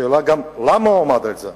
השאלה גם למה הוא עמד על זה.